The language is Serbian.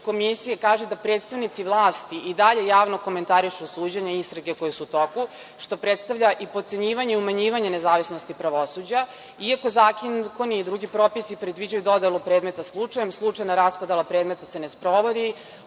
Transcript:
komisije kaže se da predstavnici vlasti i dalje javno komentarišu suđenja i istrage koje su u toku, što predstavlja i potcenjivanje i umanjivanje nezavisnosti pravosuđa, iako zakoni i drugi propisi predviđaju dodelu predmeta slučajem, slučajna raspodela predmeta se ne sprovodi.